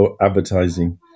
advertising